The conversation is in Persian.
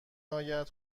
آید